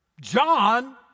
John